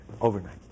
overnight